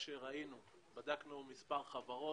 בדקנו מספר חברות.